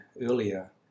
earlier